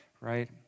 right